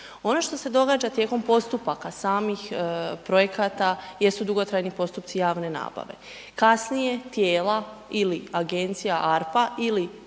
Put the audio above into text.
Ono što se događa tijekom postupaka samih projekata jesu dugotrajni postupci javne nabave, kasnije tijela ili Agencija ARPA ili